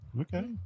Okay